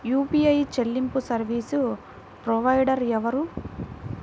UPI చెల్లింపు service provider ఎవరు?